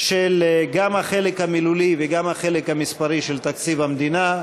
גם של החלק המילולי וגם של החלק המספרי של תקציב המדינה,